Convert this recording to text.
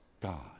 God